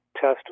test